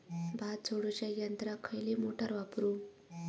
भात झोडूच्या यंत्राक खयली मोटार वापरू?